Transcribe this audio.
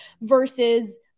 versus